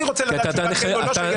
אני רוצה לדעת תשובה כן או לא.